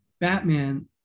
Batman